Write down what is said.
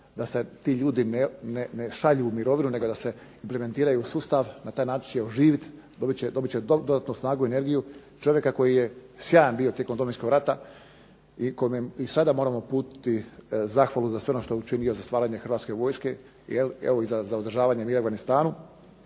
da se ti ljudi ne šalju u mirovinu nego da se implementiraju u sustav, na taj način će oživiti dobit će dodatnu snagu i energiju, čovjek koji je sjajan bio tijekom Domovinskog rata i sada moramo uputiti za sve ono što je učinio za stvaranje Hrvatske vojske i evo za održavanje mira u Afganistanu